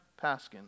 Paskin